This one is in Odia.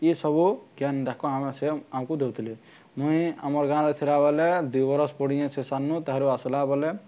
ଇଏ ସବୁ ଜ୍ଞାନ ଯାକ ଆମେ ସେ ଆମ୍କୁ ଦଉଥିଲେ ମୁୁଇଁ ଆମର୍ ଗାଁରେ ଥିଲା ବେଲେ ଦୁଇ ବରଷ ପଡ଼ିଛେ ସେ ସାନ ତାହାରୁ ଆସିଲା ବଲେ